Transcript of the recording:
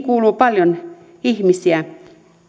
kuuluu paljon ihmisiä